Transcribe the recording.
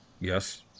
Yes